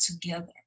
together